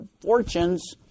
fortunes